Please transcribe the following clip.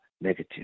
negative